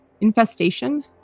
Infestation